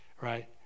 right